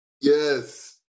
yes